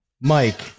Mike